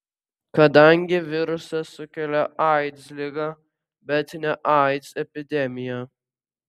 kadangi virusas sukelia aids ligą bet ne aids epidemiją